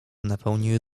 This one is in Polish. napełniły